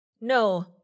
No